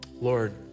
Lord